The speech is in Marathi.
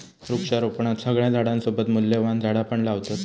वृक्षारोपणात सगळ्या झाडांसोबत मूल्यवान झाडा पण लावतत